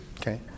Okay